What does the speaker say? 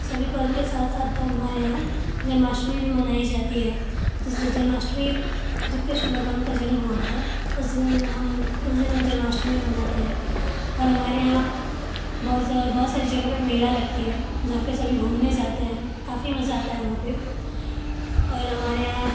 सभी पर्व के साथ साथ हमारे यहाँ जन्माष्टमी भी मनाई जाती है जैसे जन्माष्टमी जब कृष्ण भगवान का जन्म हुआ था तो उस दिन हम उस दिन हम जन्माष्टमी मनाते हैं और हमारे यहाँ बहुत बहुत सारी जगह पर मेला लगता है जहाँ पर सभी घूमने जाते हैं काफ़ी मज़ा आता है वहाँ पर और हमारे यहाँ